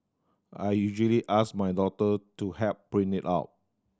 I usually ask my daughter to help print it out